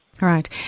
right